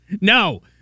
No